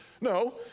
no